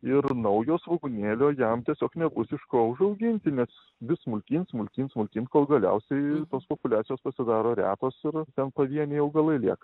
ir naujo svogūnėlio jam tiesiog nebus iš ko užauginti nes vis smulkyn smulkyn smulkyn kol galiausiai tos populiacijos pasidaro retos ir ten pavieniai augalai lieka